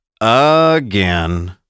again